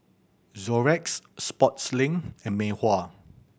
Xorex Sportslink and Mei Hua